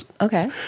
Okay